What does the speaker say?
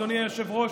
אדוני היושב-ראש,